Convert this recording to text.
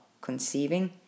conceiving